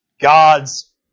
God's